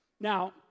Now